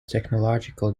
technological